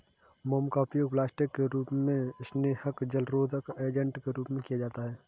मोम का उपयोग प्लास्टिक के रूप में, स्नेहक, जलरोधक एजेंट के रूप में किया जाता है